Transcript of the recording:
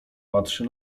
patrzy